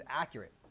accurate